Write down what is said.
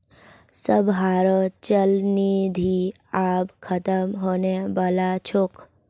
सबहारो चल निधि आब ख़तम होने बला छोक